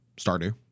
Stardew